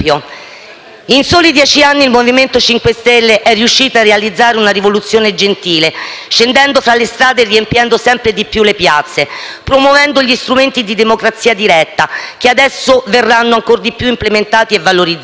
In soli dieci anni il MoVimento 5 Stelle è riuscito a realizzare una rivoluzione gentile, scendendo tra le strade e riempiendo sempre di più le piazze, promuovendo gli strumenti di democrazia diretta, che adesso verranno ancor di più implementati e valorizzati.